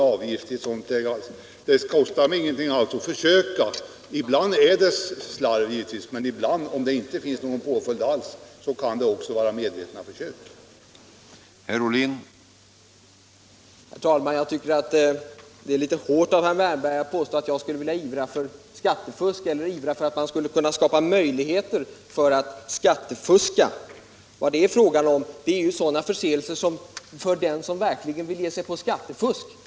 Det skulle ju då inte kosta någonting att försöka heller. Ibland uppstår givetvis fel på grund av slarv, men om det inte skulle bli någon påföljd alls, kunde det ju också vara medvetna försök att slippa skatt.